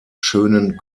schönen